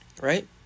right